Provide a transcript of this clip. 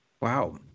Wow